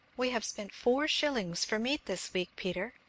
we have spent four shillings for meat this week, peter!